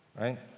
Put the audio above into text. right